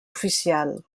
oficial